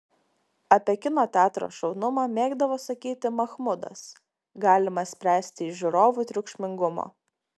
apie kino teatro šaunumą mėgdavo sakyti mahmudas galima spręsti iš žiūrovų triukšmingumo